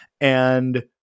And-